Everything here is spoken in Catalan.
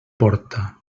porta